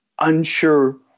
unsure